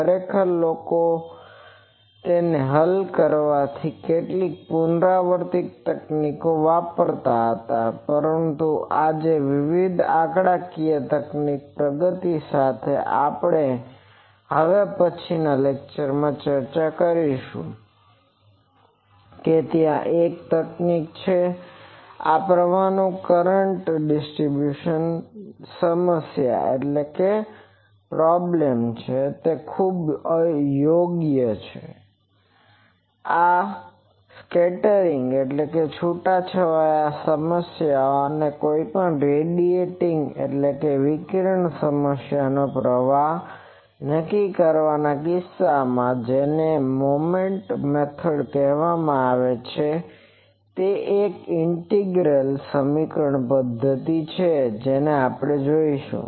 ખરેખર લોકો તેને હલ કરવા માટે કેટલીક પુનરાવર્તિત તકનીકો વાપરતા હતા પરંતુ આજે વિવિધ આંકડાકીય તકનીકોની પ્રગતિ સાથે આપણે હવે પછીનાં લેક્ચરમાં પણ ચર્ચા કરીશું કે ત્યાં એક તકનીક છે જે આ પ્રકારની કરંટ ડિસ્ટરીબ્યુસન સમસ્યા માટે ખૂબ જ યોગ્ય છે અથવા સ્કેટરિંગ scattering છુટાછવાયા સમસ્યાઓ અથવા કોઈપણ રેડીએટીંગ radiatingવિકિરણ સમસ્યાનો પ્રવાહ નક્કી કરવાના કિસ્સામાં જેને મોમેન્ટ મેથડ કહેવામાં આવે છે તે એક ઈન્ટીગ્રલ intigral અભિન્ન સમીકરણ પદ્ધતિ છે જેને આપણે જોઈશું